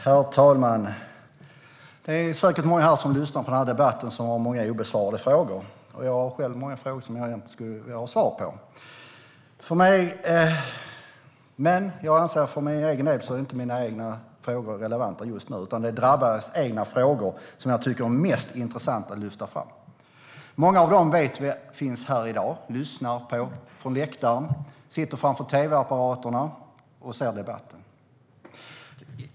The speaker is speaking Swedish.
Herr talman! Det är säkert många som lyssnar på den här debatten som har många obesvarade frågor. Jag har själv många frågor som jag skulle vilja ha svar på. Jag anser dock inte att mina egna frågor är relevanta just nu, utan det är de drabbades egna frågor som jag tycker är mest intressanta att lyfta fram. Många av dem finns här i dag och lyssnar från läktaren. Andra sitter framför tv-apparaterna och ser debatten.